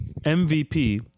MVP